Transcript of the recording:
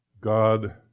God